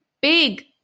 big